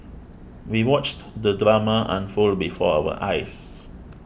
we watched the drama unfold before our eyes